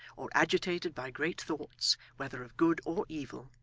or agitated by great thoughts, whether of good or evil,